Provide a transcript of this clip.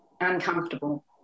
uncomfortable